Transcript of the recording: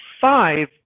five